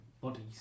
Bodies